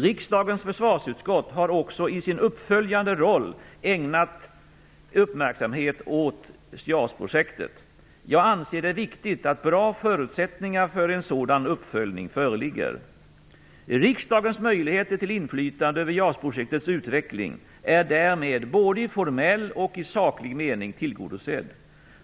Riksdagens försvarsutskott har också i sin uppföljande roll ägnat uppmärksamhet åt JAS-projektet. Jag anser det viktigt att bra förutsättningar för en sådan uppföljning föreligger. projektets utveckling är därmed både i formell och i saklig mening tillgodosedd.